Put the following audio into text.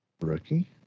rookie